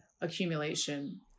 accumulation